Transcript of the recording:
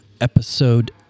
episode